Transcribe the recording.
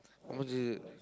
how much is it